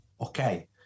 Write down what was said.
Okay